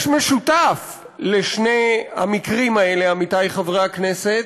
יש משותף לשני המקרים האלה, עמיתי חברי הכנסת,